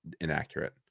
inaccurate